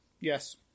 Yes